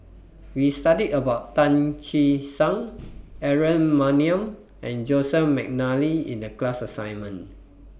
We studied about Tan Che Sang Aaron Maniam and Joseph Mcnally in The class assignment